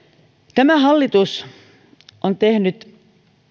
tämä hallitus